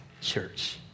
church